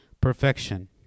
perfection